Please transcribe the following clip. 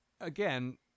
again